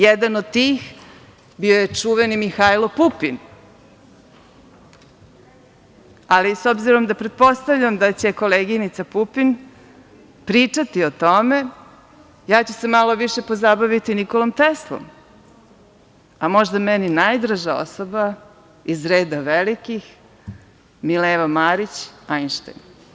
Jedan od tih bio je čuveni Mihajlo Pupin, ali s obzirom, pretpostavljam, da će koleginica Pupin pričati o tome, ja ću se malo više pozabaviti Nikolom Teslom, a možda meni najdraža osoba iz reda velikih – Mileva Marić Ajnštajn.